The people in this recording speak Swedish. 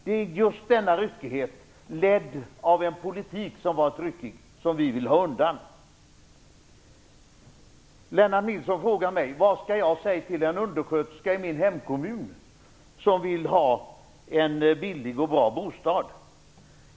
Det är just denna ryckighet, resultatet av en politik som har varit ryckig, som vi vill ha undan. Lennart Nilsson frågar mig vad jag säger till en undersköterska i min hemkommun som vill ha en billig och bra bostad.